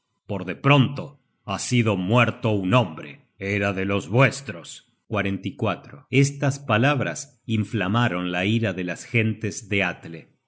por de pronto ha sido muerto un hombre era delos vuestros estas palabras inflamaron la ira de las gentes de atle